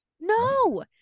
No